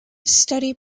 study